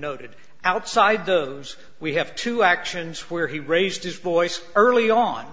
noted outside those we have two actions where he raised his voice early on